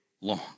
long